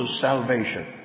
salvation